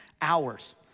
hours